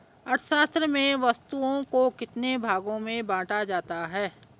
अर्थशास्त्र में वस्तुओं को कितने भागों में बांटा जाता है?